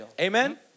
Amen